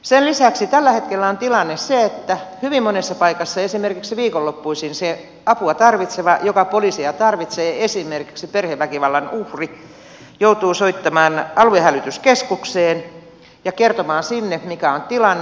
sen lisäksi tällä hetkellä on tilanne se että hyvin monessa paikassa esimerkiksi viikonloppuisin se apua tarvitseva joka poliisia tarvitsee esimerkiksi perheväkivallan uhri joutuu soittamaan aluehälytyskeskukseen ja kertomaan sinne mikä on tilanne